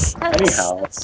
Anyhow